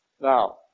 Now